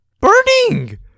Burning